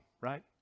right